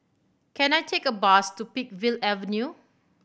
can I take a bus to Peakville Avenue